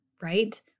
right